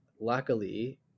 Luckily